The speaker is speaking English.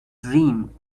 dream